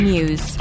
News